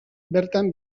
bertan